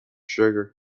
sugar